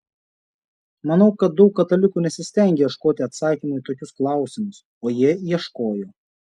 manau kad daug katalikų nesistengia ieškoti atsakymų į tokius klausimus o jie ieškojo